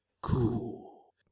cool